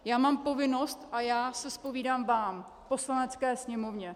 Já mám povinnost a já se zpovídám vám, Poslanecké sněmovně.